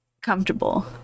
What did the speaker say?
comfortable